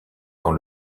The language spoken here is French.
dans